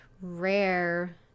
rare